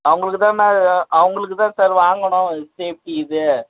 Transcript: அவங்களுக்கு தான் நான் அவங்களுக்கு தான் சார் வாங்கணும் சேஃப்டி இது